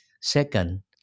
Second